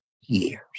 years